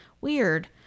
weird